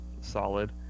solid